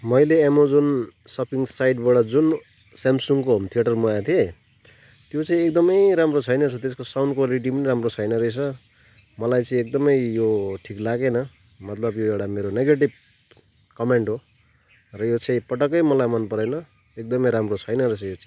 मैले Amazon shopping साइटबाट जुन स्यामसङको होम थिएटर मगाएको थिएँ त्यो चाहिँ एकदमै राम्रो छैन रहेछ त्यस्को साउन्ड क्वालेटी पनि राम्रो छैन रहेछ मलाई चाहिँ एकदमै यो ठिक लागेन मतलब यो एउटा मेरो नेगेटिभ कमेन्ट हो र यो चाहिँ पटक्कै मलाई मन परेन एकदमै राम्रो छैन रहेछ यो चिज चाहिँ